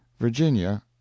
virginia